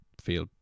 feel